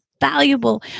Valuable